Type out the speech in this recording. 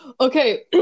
Okay